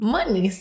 Money